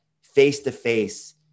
face-to-face